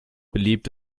belebt